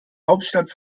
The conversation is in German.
hauptstadt